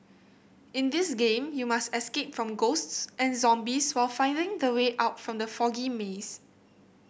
in this game you must escape from ghosts and zombies while finding the way out from the foggy maze